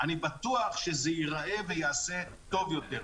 אני בטוח שזה ייראה וייעשה טוב יותר.